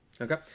okay